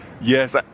Yes